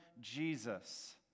Jesus